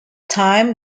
time